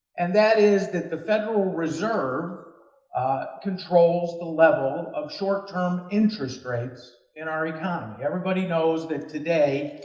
and that is that the federal reserve controls the level of short-term interest rates in our economy. everybody knows that today,